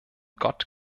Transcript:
gott